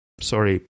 sorry